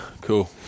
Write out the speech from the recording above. Cool